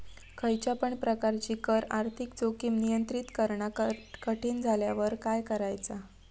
खयच्या पण प्रकारची कर आर्थिक जोखीम नियंत्रित करणा कठीण झाल्यावर काय करायचा?